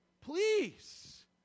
Please